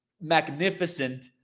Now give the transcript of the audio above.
magnificent